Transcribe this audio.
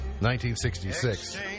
1966